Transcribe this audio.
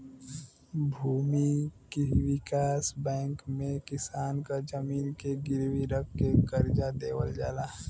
भूमि विकास बैंक में किसान क जमीन के गिरवी रख के करजा देवल जाला